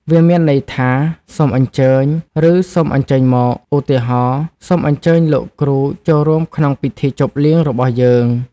វាមានន័យថា សូមអញ្ជើញ ឬ សូមអញ្ជើញមក ឧទាហរណ៍សូមអញ្ជើញលោកគ្រូចូលរួមក្នុងពិធីជប់លៀងរបស់យើង។